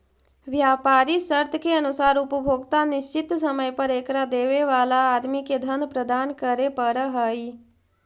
व्यापारी शर्त के अनुसार उपभोक्ता निश्चित समय पर एकरा देवे वाला आदमी के धन प्रदान करे पड़ऽ हई